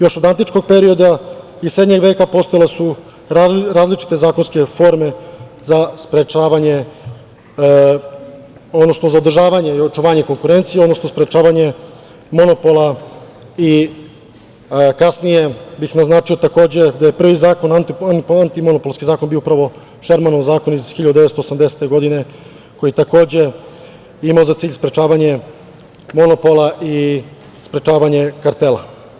Još od antičkog perioda i srednjeg veka, postojale su različite zakonske forme za sprečavanje, odnosno za održavanje i očuvanje konkurencije, odnosno sprečavanje monopola i kasnije bih naznačio, takođe, da je prvi antimonopolski zakon bio upravo Šermanov zakon, iz 1980. godine koji je imao za cilj sprečavanje monopola i sprečavanje kartela.